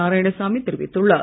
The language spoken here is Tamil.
நாராயணசாமி தெரிவித்துள்ளார்